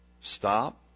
Stop